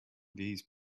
these